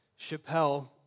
Chappelle